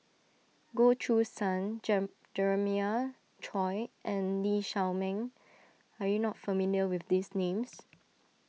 Goh Choo San Jem Jeremiah Choy and Lee Shao Meng are you not familiar with these names